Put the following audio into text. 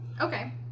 Okay